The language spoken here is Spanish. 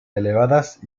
elevadas